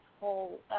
whole